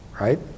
right